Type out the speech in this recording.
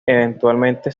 eventualmente